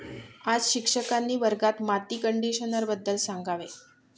आज शिक्षकांनी वर्गात माती कंडिशनरबद्दल सांगावे